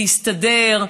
להסתדר.